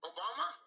Obama